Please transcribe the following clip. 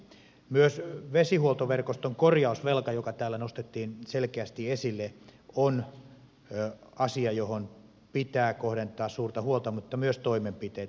myös vesihuoltoverkoston korjausvelka joka täällä nostettiin selkeästi esille on asia johon pitää kohdentaa suurta huolta mutta myös toimenpiteitä